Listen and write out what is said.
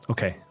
Okay